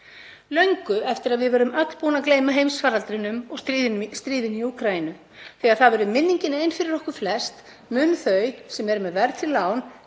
löngu eftir að við verðum öll búin að gleyma heimsfaraldrinum og stríðinu í Úkraínu. Þegar það verður minningin ein fyrir okkur flest munu þau sem eru með verðtryggð lán